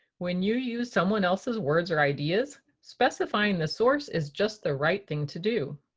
when you use someone else's words or ideas, specifying the source is just the right thing to do.